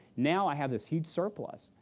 now i have this huge surplus.